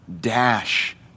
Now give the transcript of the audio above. dash